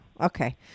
Okay